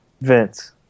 Vince